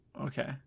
Okay